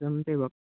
सम ते ब